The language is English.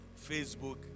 Facebook